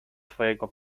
swego